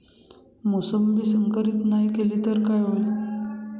मोसंबी संकरित नाही केली तर काय होईल?